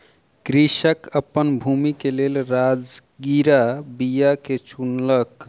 कृषक अपन भूमि के लेल राजगिरा बीया के चुनलक